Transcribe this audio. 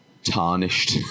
tarnished